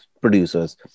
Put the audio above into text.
producers